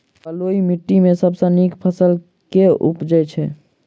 बलुई माटि मे सबसँ नीक फसल केँ उबजई छै?